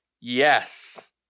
yes